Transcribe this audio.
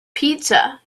pizza